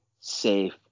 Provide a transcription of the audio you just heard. safe